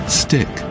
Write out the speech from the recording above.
stick